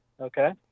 Okay